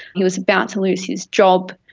he was about to lose his job,